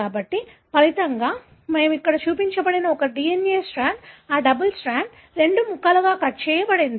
కాబట్టి ఫలితంగా మేము ఇక్కడ చూసిన ఒక DNA స్ట్రాండ్ ఆ డబుల్ స్ట్రాండ్ రెండు ముక్కలుగా కట్ చేయబడింది